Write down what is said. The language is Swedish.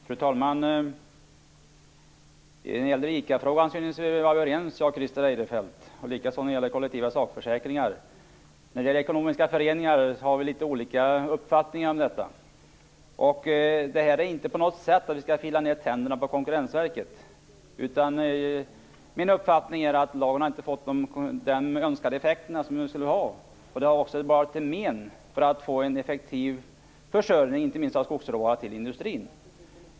Fru talman! När det gäller ICA-frågan synes vi vara överens, sade Christer Eirefelt, likaså när det gäller kollektiva sakförsäkringar. När det gäller ekonomiska föreningar har vi litet olika uppfattning. Det här handlar inte på något sätt om att vi skall fila ned tänderna på Konkurrensverket. Min uppfattning är att lagen inte har fått den effekt vi önskade att den skulle ha, och den har också varit till men för en effektiv försörjning inte minst av skogsråvara till industrin.